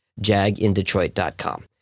jagindetroit.com